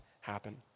happen